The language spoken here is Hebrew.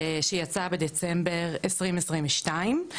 שיצא בדצמבר2022,